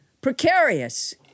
precarious